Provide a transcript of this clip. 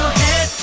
head